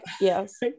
yes